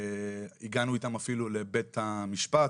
הגענו איתם אפילו לבית המשפט